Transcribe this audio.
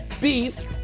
beef